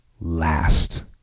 last